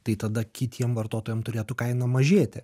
tai tada kitiem vartotojam turėtų kaina mažėti